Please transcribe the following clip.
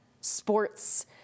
sports